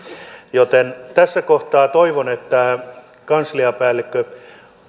joten tässä kohtaa toivon että kansliapäällikkö